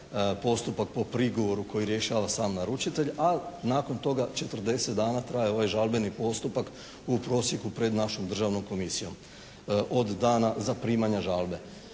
postupak po prigovoru koji rješava sam naručitelj a nakon toga 40 dana traje ovaj žalbeni postupak u prosjeku pred našom Državnom komisijom od dana zaprimanja žalbe.